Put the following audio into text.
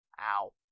ow